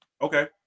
Okay